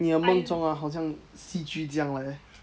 你的梦中好像戏剧这样嘞